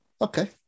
Okay